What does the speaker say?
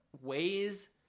ways